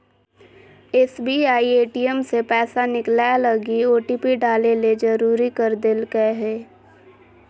SBI ATM से पैसा निकलैय लगी ओटिपी डाले ले जरुरी कर देल कय हें